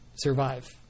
Survive